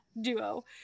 duo